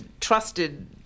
trusted